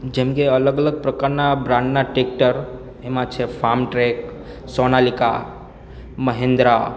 જેમકે અલગ અલગ પ્રકારનાં બ્રાન્ડનાં ટેક્ટર એમાં છે ફામટ્રેક સોનાલિકા મહિન્દ્રા